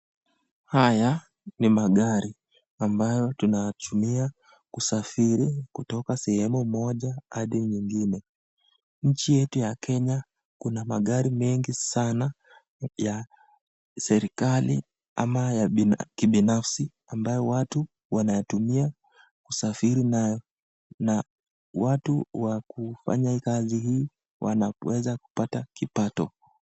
Haya ni magari ambayo tunatumia kusafiri kutoka sehemu moja hadi nyengine, nchi yetu ya kenya kuna magari mengi sana ya serekali ama ya kibinafsi ambao watu wanatumia kusafiri nayo na watu wa kufanya kazi hii wanaweza kupata kipato.